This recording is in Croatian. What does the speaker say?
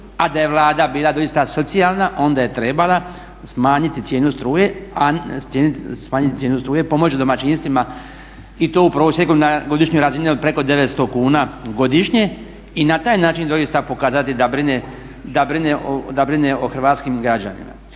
a da je Vlada bila doista socijalna onda je trebala smanjiti cijenu struje, pomoći domaćinstvima i to u prosjeku na godišnjoj razini od preko 900 kuna godišnje i na taj način doista pokazati da brine o hrvatskim građanima.